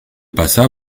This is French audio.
passa